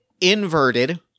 inverted